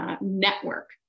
network